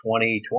2020